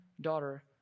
daughter